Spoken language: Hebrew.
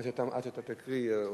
עד שאתה תקריא, הודעה.